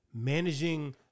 managing